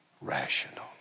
rational